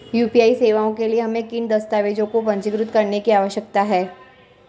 UPI सेवाओं के लिए हमें किन दस्तावेज़ों को पंजीकृत करने की आवश्यकता है?